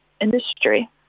industry